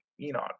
Enoch